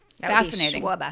fascinating